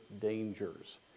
dangers